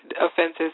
offenses